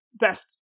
best